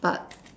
but